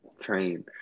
train